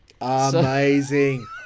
Amazing